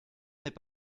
n’est